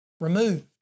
removed